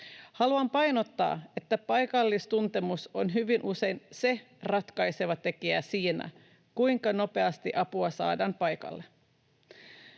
Haluan painottaa, että paikallistuntemus on hyvin usein se ratkaiseva tekijä siinä, kuinka nopeasti apua saadaan paikalle.